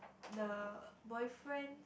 the boyfriend